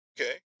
okay